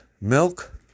milk